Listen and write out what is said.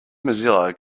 mozilla